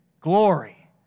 Glory